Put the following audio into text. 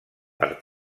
per